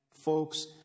folks